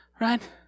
right